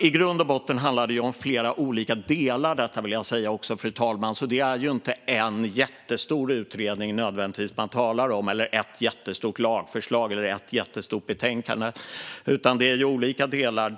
I grund och botten handlar detta om flera olika delar, fru talman. Det är inte nödvändigtvis en jättestor utredning man talar om, eller ett jättestort lagförslag eller betänkande, utan det är olika delar.